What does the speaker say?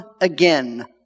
again